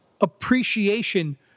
appreciation